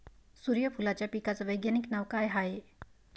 सुर्यफूलाच्या पिकाचं वैज्ञानिक नाव काय हाये?